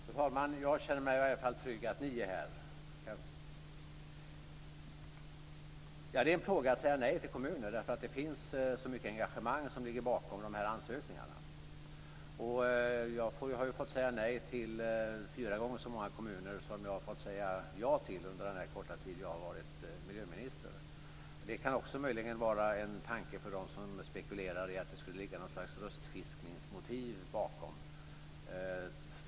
Fru talman! Jag känner mig i varje fall trygg att ni är här! Ja, det är en plåga att säga nej till kommuner, därför att det finns så mycket engagemang som ligger bakom de här ansökningarna. Jag har fått säga nej till fyra gånger så många kommuner som jag har fått säga ja till under den korta tid som jag har varit miljöminister. Det kan också möjligen vara en tanke för dem som spekulerar i att det skulle ligga något slags röstfiskningsmotiv bakom detta.